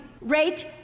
rate